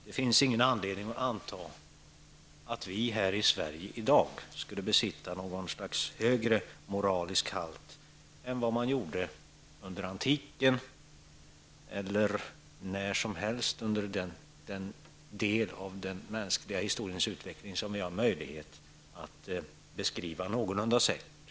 Det finns ingen anledning att anta att vi här i Sverige i dag skulle besitta något slags högre molarisk halt än man gjorde under antiken eller när som helst under den del av mänsklighetens historiska utveckling som vi kan beskriva någorlunda säkert.